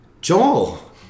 Joel